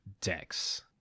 decks